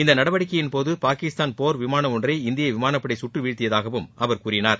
இந்த நடவடிக்கையின் போது பாகிஸ்தானின் போர் விமானம் ஒன்றை இந்திய விமானப் படை சுட்டுவீழ்த்தியதாகவும் அவர் கூறினார்